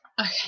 Okay